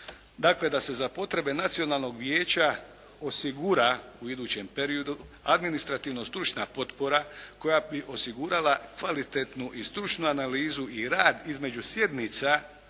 Dakle, da se za potrebe nacionalnog vijeća osigura u idućem periodu administrativno-stručna potpora koja bi osigurala kvalitetnu i stručnu analizu i rad između sjednica